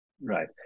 Right